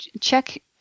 check